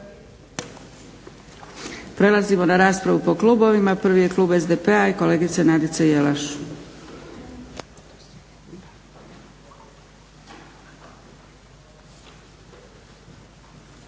Prelazimo na raspravu po klubovima. Prvi je klub SDP-a i kolegica Nadica Jelaš.